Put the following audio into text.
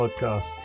podcast